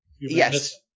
Yes